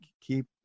keep